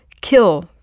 kill